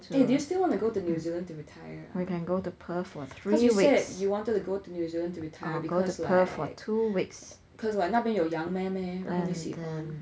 do you still want to go to new zealand to retire ah cause you said you wanted to go to new zealand to retire because like cause 那边有羊咩咩然后你喜欢